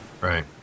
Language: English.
Right